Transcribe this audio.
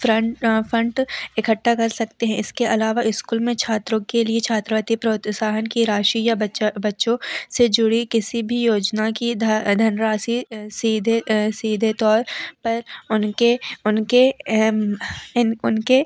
फ़्रन फंट इकट्ठा कर सकते हें इसके अलावा इस्कूल में छात्रों के लिए छात्रवृति प्रोत्साहन की राशि या बच्चा बच्चों से जुड़ी किसी भी योजना की धनराशि सीधे सीधे तौर पर उनके उनके इन उनके